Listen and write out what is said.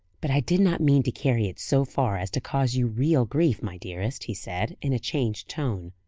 but i did not mean to carry it so far as to cause you real grief, my dearest, he said, in a changed tone.